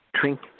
drink